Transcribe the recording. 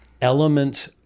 element